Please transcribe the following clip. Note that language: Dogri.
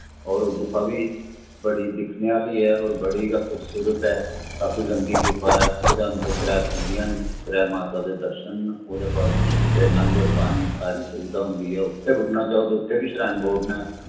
और ओह् गुफा बी बड़ी दिक्खने आह्ली ऐ और काफी खूबसूरत ऐ काफी लम्बी गुफा ऐ ओह्दे अंदर त्रै पिंडियां न त्रै माता दे दर्शन न ओह्दे बाद उत्थै लंगर पानी सारी सुबधा होंदी ऐ उत्थै रुकना चाहो ते उत्थै बी श्राइन बोर्ड ने